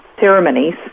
ceremonies